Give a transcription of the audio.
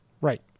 Right